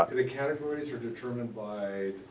ah the categories are determined by